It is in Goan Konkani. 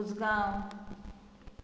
उजगांव